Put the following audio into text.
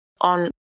on